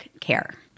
care